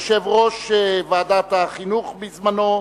יושב-ראש ועדת החינוך בזמנו,